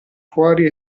fuori